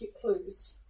clues